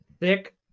thick